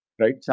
Right